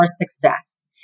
success